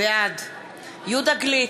בעד יהודה גליק,